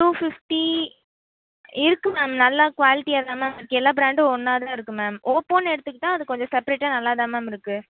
two fifty இருக்குது ma'am நல்லா குவாலிட்டியாக தான் மேம் இருக்குது எல்லா ப்ராண்டும் ஒன்றா தான் இருக்குது மேம் ஓப்போன்னு எடுத்துக்கிட்டால் அது கொஞ்சம் செப்ரேட்டாக நல்லா தான் மேம் இருக்குது